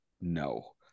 No